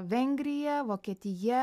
vengrija vokietija